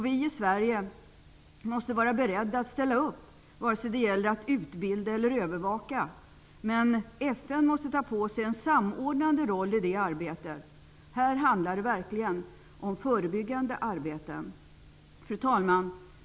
Vi i Sverige måste vara beredda att ställa upp vare sig det gäller att utbilda eller övervaka. Men FN måste ta på sig en samordnande roll i det arbetet. Här handlar det verkligen om förebyggande arbete. Fru talman!